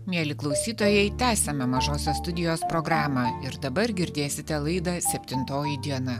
mieli klausytojai tęsiame mažosios studijos programą ir dabar girdėsite laidą septintoji diena